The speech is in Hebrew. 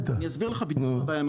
אני לא מבין, מצאתם שהיא לא מהנדסת?